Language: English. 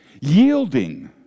yielding